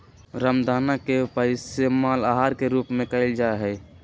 रामदाना के पइस्तेमाल आहार के रूप में कइल जाहई